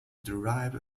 derive